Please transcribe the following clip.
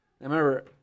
Remember